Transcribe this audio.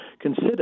consider